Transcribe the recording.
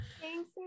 Thanks